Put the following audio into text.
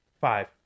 Five